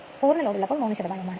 മുഴുവൻ ലോഡ് ഉള്ളപ്പോൾ 3 ആണ്